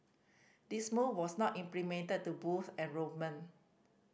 this move was not implemented to boost enrolment